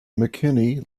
mckinney